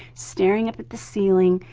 staring up at the ceiling.